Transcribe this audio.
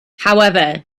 however